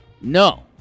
No